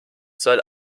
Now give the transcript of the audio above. soll